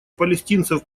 палестинцев